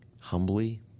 humbly